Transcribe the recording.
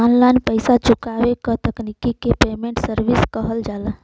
online पइसा चुकावे क तकनीक के पेमेन्ट सर्विस कहल जाला